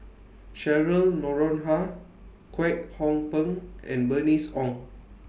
Cheryl Noronha Kwek Hong Png and Bernice Ong